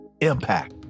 impact